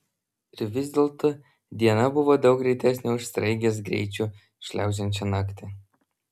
ir vis dėlto diena buvo daug greitesnė už sraigės greičiu šliaužiančią naktį